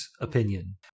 opinion